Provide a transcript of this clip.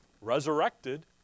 Resurrected